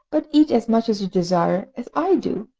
but eat as much as you desire, as i do!